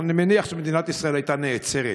אני מניח שמדינת ישראל הייתה נעצרת.